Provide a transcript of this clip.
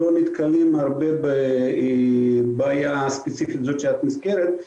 לא נתקלים הרבה בבעיה הספציפית הזאת שאת מזכירה.